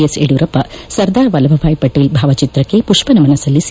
S Yediyurappa Sardar Vallabh Bhai Patel ಬಾವಚಿತ್ರಕ್ಷೆ ಮಷ್ವನಮನ ಸಲ್ಲಿಸಿ